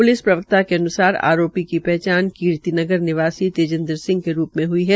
police प्रवक्ता के अन्सार आरोपी की पहचान कीर्ति नगर निवासी तेजेन्द्र सिंह के रूप में हई है